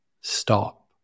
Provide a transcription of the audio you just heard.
stop